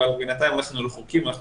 אבל בינתיים אנחנו רחוקים אנחנו